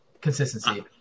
consistency